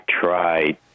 try